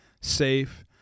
safe